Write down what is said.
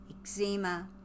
eczema